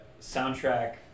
soundtrack